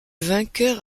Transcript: vainqueur